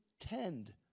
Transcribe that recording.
tend